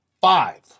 Five